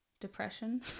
depression